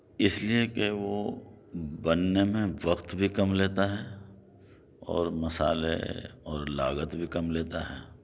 اس لیے کہ وہ بننے میں وقت بھی کم لیتا ہے اور مسالے اور لاگت بھی کم لیتا ہے